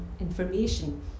information